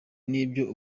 n’ibyo